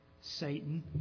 Satan